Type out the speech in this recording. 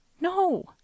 No